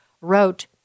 wrote